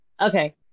okay